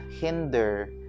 hinder